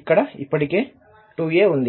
అక్కడ ఇప్పటికే 2a ఉంది